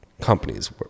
companies